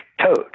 toad